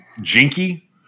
Jinky